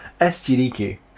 SGDQ